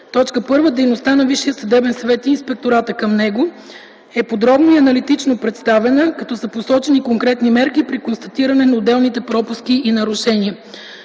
1. Дейността на Висшия съдебен съвет и Инспектората към него е подробно и аналитично представена, като са посочени конкретни мерки при констатиране на отделните пропуски и нарушения.